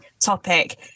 topic